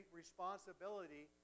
responsibility